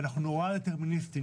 ואנחנו נוראה דטרמיניסטיים,